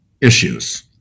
issues